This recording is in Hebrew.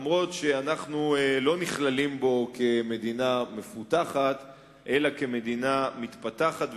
אף-על-פי שאנחנו לא נכללים בו כמדינה מפותחת אלא כמדינה מתפתחת,